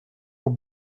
aux